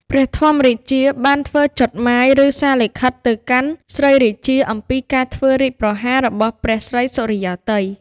ព្រះធម្មរាជា បានផ្ញើចុតហ្មាយ ឬ សារលិខិត ទៅកាន់ស្រីរាជា អំពីការធ្វើរាជប្រហាររបស់ព្រះស្រីសុរិយោទ័យ។